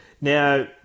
Now